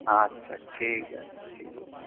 আচ্ছা ঠিক আছে ঠিক আছে